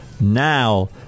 Now